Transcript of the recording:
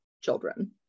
children